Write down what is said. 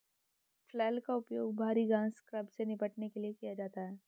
flail का उपयोग भारी घास स्क्रब से निपटने के लिए किया जाता है